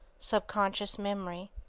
subconscious memory.